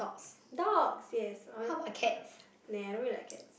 dogs yes oh-my-g~ nah I don't really like cats